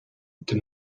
did